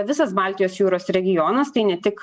visas baltijos jūros regionas tai ne tik